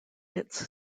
its